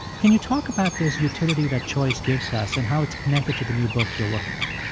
can you talk about this utility that choice gives us and how it's connected to the new book you're working on?